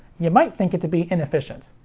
you might think it to be inefficient.